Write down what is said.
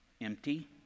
Empty